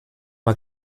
mal